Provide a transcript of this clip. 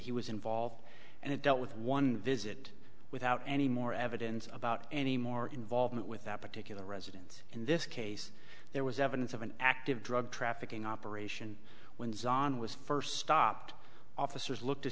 he was involved and it dealt with one visit without any more evidence about any more involvement with that particular residence in this case there was evidence of an active drug trafficking operation when zohn was first stopped officers looked at